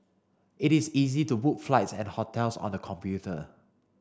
it is easy to book flights and hotels on the computer